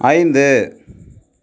ஐந்து